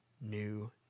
new